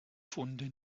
funde